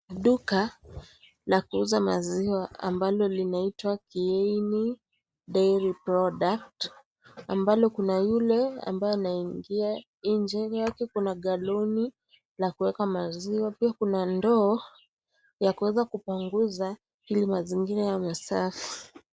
Duka la kuuza maziwa ambalo linaitwa, Kieni Dairy Products, ambalo kuna yule ambaye anaingia. Nje yake kuna galoni la kuweka maziwa, pia kuna ndoo ya kuweza kupanguza ili mazingira yawe safi.